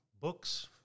books